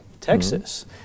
Texas